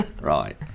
Right